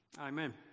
Amen